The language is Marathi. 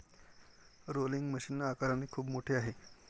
रोलिंग मशीन आकाराने खूप मोठे आहे